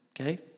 okay